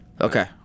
okay